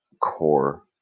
core